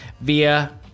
via